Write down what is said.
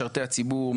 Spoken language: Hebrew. משרתי הציבור,